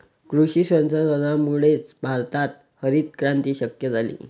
कृषी संशोधनामुळेच भारतात हरितक्रांती शक्य झाली